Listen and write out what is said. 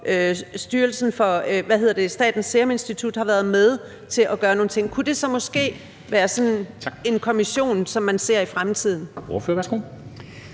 og Statens Serum Institut, har været med til gøre nogle ting, og kunne det så måske være sådan en kommission, man ser i fremtiden? Kl.